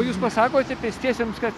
o jūs pasakote pėstiesiems kad